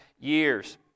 years